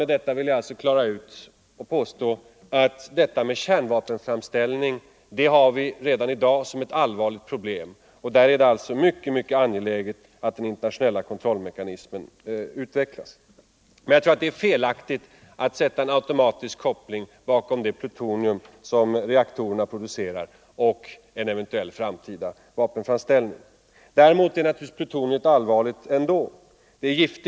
Med detta vill jag ha sagt att kärnvapenframställning redan i dag är ett allvarligt problem för oss och att det är livsviktigt att den internationella kontrollmekanismen utvecklas. Men jag tycker att det är missvisande att göra en automatisk koppling mellan det plutonium som reaktorerna producerar och en eventuell framtida vapenframställning. Det är naturligtvis ändå allvarligt nog med plutoniet.